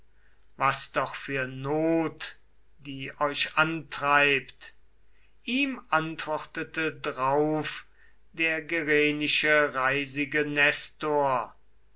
was doch für not die euch antreibt ihm antwortete drauf der gerenische reisige